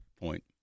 point